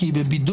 לא.